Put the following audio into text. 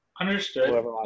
Understood